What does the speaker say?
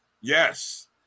Yes